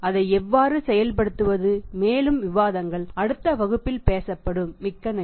அதை எவ்வாறு செயல்படுத்துவது மேலும் விவாதங்கள் அடுத்த வகுப்பில் பேசப்படும் மிக்க நன்றி